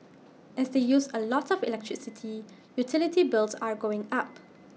as they use A lot of electricity utility bills are going up